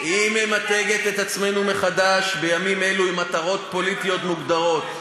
היא ממתגת את עצמה מחדש בימים אלו עם מטרות פוליטיות מוגדרות,